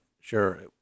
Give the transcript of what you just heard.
Sure